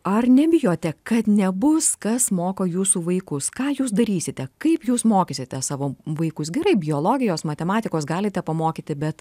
ar nebijote kad nebus kas moko jūsų vaikus ką jūs darysite kaip jūs mokysite savo vaikus gerai biologijos matematikos galite pamokyti bet